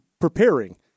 preparing